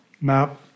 map